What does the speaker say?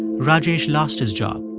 rajesh lost his job.